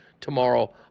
tomorrow